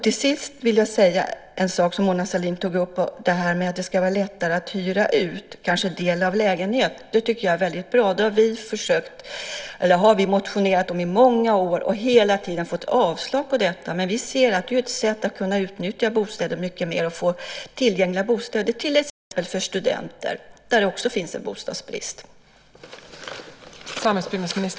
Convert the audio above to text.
Till sist vill jag säga något om det Mona Sahlin tog upp om att det ska vara lättare att hyra ut kanske en del av lägenhet. Det tycker jag är väldigt bra. Det har vi motionerat om i många år, och vi har hela tiden fått avslag på det. Vi ser det som ett sätt att kunna utnyttja bostäder mycket mer och få tillgängliga bostäder till exempel för studenter, där det också finns en bostadsbrist.